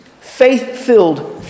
faith-filled